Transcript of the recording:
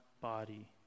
body